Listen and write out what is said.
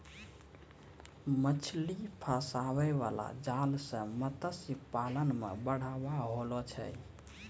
मछली फसाय बाला जाल से मतस्य पालन मे बढ़ाबा होलो छै